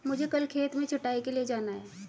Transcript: मुझे कल खेत में छटाई के लिए जाना है